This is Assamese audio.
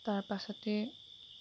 তাৰপাছতে